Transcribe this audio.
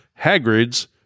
hagrid's